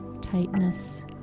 tightness